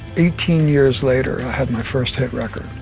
eighteen years later, i had my first hit record.